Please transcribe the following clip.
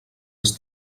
als